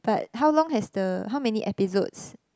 but how long has the how many episodes